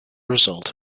result